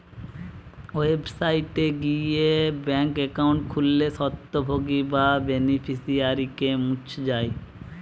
website গিয়ে bank account খুললে স্বত্বভোগী বা বেনিফিশিয়ারিকে মুছ যায়